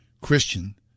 Christian